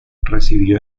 recibió